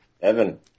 Evan